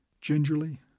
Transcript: Gingerly